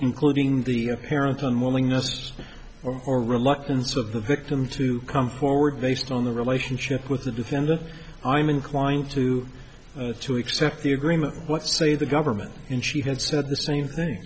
including the apparent unwillingness or reluctance of the victim to come forward based on the relationship with the defendant i'm inclined to to accept the agreement what say the government and she had said the same thing